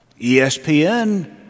ESPN